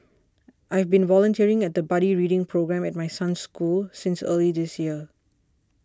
I've been volunteering at the buddy reading programme at my son's school since early this year